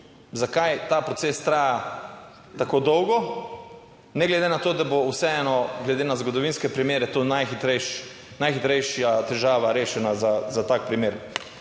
zakaj ta proces traja tako dolgo, ne glede na to, da bo vseeno glede na zgodovinske primere to najhitrejši, najhitrejša težava rešena za tak primer.